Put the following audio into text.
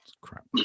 crap